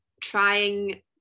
trying